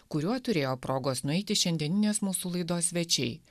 kuriuo turėjo progos nueiti šiandieninės mūsų laidos svečiai